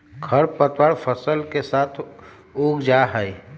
खर पतवार फसल के साथ उग जा हई